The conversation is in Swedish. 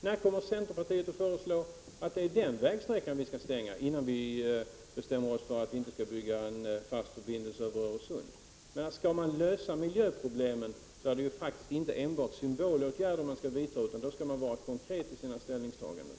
När kommer centerpartiet att föreslå att den vägsträckan skall stängas innan det bestäms att en fast förbindelse skall byggas över Öresund? Det är inte enbart symbolåtgärder som skall vidtas när miljöproblem skall lösas. Man skall vara konkret i sina ställningstaganden.